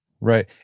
right